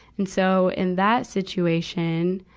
and so, in that situation,